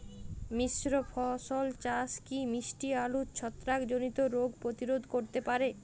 মিশ্র ফসল চাষ কি মিষ্টি আলুর ছত্রাকজনিত রোগ প্রতিরোধ করতে পারে?